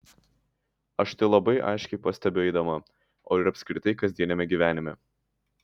aš tai labai aiškiai pastebiu eidama o ir apskritai kasdieniame gyvenime